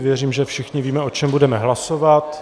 Věřím, že všichni víme, o čem budeme hlasovat.